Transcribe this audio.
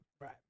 Right